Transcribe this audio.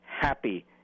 happy